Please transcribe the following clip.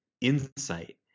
insight